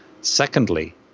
Secondly